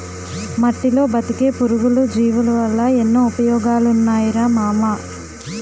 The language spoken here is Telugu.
మట్టిలో బతికే పురుగులు, జీవులవల్ల ఎన్నో ఉపయోగాలున్నాయిరా మామా